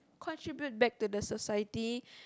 contribute back to the society